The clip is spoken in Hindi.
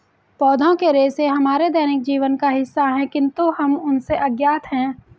पौधों के रेशे हमारे दैनिक जीवन का हिस्सा है, किंतु हम उनसे अज्ञात हैं